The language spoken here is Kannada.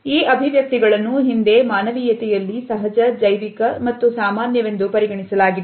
ಈ ಅಭಿವ್ಯಕ್ತಿಗಳನ್ನು ಹಿಂದೆ ಮಾನವೀಯತೆಯಲ್ಲಿ ಸಹಜ ಜೈವಿಕ ಮತ್ತು ಸಾಮಾನ್ಯವೆಂದು ಪರಿಗಣಿಸಲಾಗಿತ್ತು